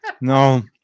No